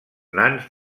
nans